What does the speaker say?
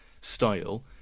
style